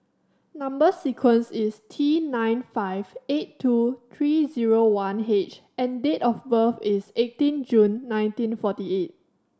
number sequence is T nine five eight two three zero one H and date of birth is eighteen June nineteen forty eight